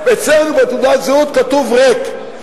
אצלנו בתעודת הזהות ריק.